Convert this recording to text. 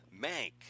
Mank